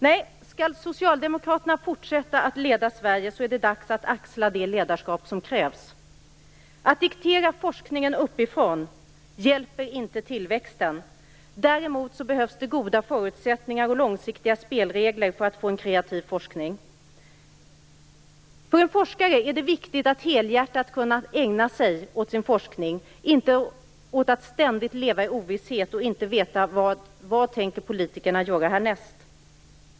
Nej, skall Socialdemokraterna fortsätta att leda Sverige är det dags att axla det ledarskap som krävs. Att diktera forskningen uppifrån hjälper inte tillväxten. Däremot behövs det goda förutsättningar och långsiktiga spelregler för att få en kreativ forskning. För en forskare är det viktigt att helhjärtat kunna ägna sig åt sin forskning. Man ska inte ständigt behöva leva i ovisshet utan att veta vad politikerna härnäst tänker göra.